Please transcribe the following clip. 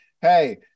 hey